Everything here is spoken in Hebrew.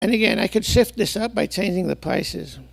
ועוד פעם, אני יכול להחליט את זה בהחלטת את הרצועות.